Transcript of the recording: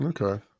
okay